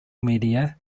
media